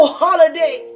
holiday